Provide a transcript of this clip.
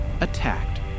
attacked